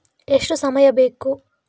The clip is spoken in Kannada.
ಎಷ್ಟು ಸಮಯ ಬೇಕು?